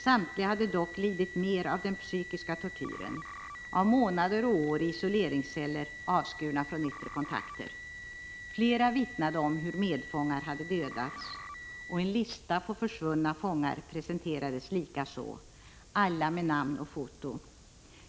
Samtliga hade dock lidit mer av den psykiska tortyren, av månader och år i isoleringsceller avskurna från yttre kontakter. Flera vittnade om hur medfångar hade dödats, och en lista på försvunna fångar presenterades likaså — alla med namn och foto.